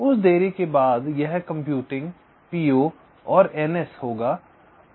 उस देरी के बाद यह कंप्यूटिंग पीओ और एनएस होगा